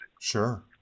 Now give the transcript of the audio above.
Sure